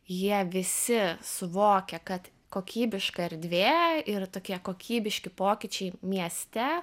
jie visi suvokia kad kokybiška erdvė ir tokie kokybiški pokyčiai mieste